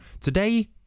Today